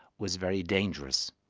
was very dangerous.